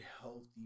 healthy